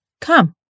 Come